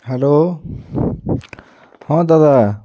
hello ହଁ ଦାଦା